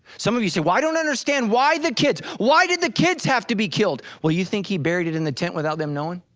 some of you say, i don't understand why the kids, why did the kids have to be killed? well you think he buried it in the tent without them knowing?